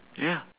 ya